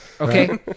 Okay